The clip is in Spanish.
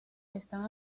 están